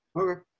Okay